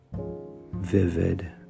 vivid